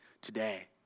today